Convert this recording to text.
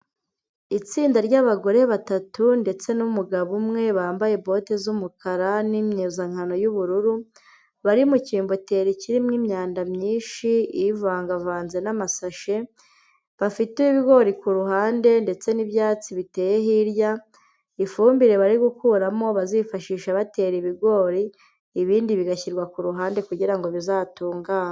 Itsinda ry'abagore batatu ndetse n'umugabo umwe bambaye bote z'umukara n'imyezankano y'ubururu bari mu kimboteri kirimo imyanda myinshi ivangavanze n'amasashe, bafite ibigori kuruhande ndetse n'ibyatsi biteye hirya. Ifumbire bari gukuramo bazifashisha batera ibigori ibindi bigashyirwa ku ruhande kugira ngo bizatungane.